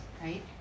right